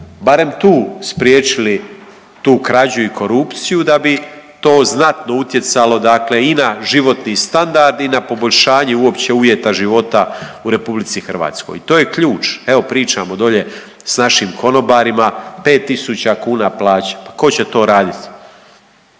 barem tu spriječili tu krađu i korupciju da bi to znatno utjecalo, dakle i na životni standard i na poboljšanje uopće uvjeta života u Republici Hrvatskoj. I to je ključ. Evo pričamo dolje sa našim konobarima 5000 kuna plaća. Pa tko će to raditi?